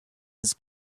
his